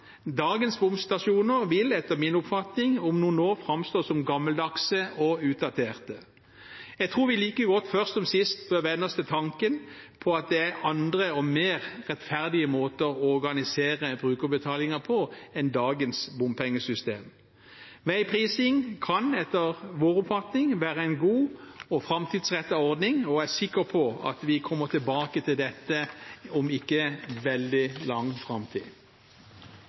Dagens bomstasjoner vil, etter min oppfatning, framstå som gammeldagse og utdaterte om noen år. Jeg tror vi like godt først som sist bør venne oss til tanken om at det finnes andre og mer rettferdige måter å organisere brukerbetalinger på enn dagens bompengesystem. Veiprising kan, etter vår oppfatning, være en god og framtidsrettet ordning, og jeg er sikker på at vi kommer tilbake til dette om ikke veldig lang